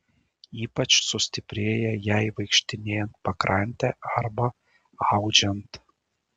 ypač sustiprėja jai vaikštinėjant pakrante arba audžiant